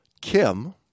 Kim